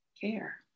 care